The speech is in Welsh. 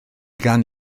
gan